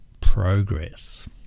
progress